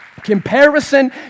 Comparison